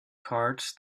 cards